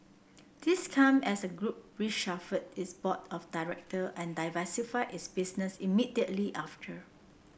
this come as the group reshuffled its board of director and diversified its business immediately after